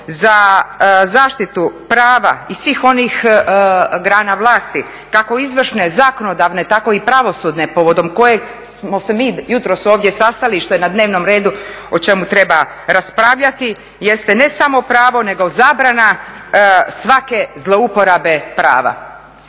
za zaštitu prava i svih onih grana vlasti, kako izvršne, zakonodavne, tako i pravosudne povodom kojeg smo se mi jutros ovdje sastali što je na dnevnom redu o čemu treba raspravljati jeste ne samo pravo, nego zabrana svake zlouporabe prava.